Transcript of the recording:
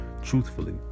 Truthfully